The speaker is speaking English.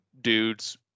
dudes